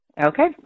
Okay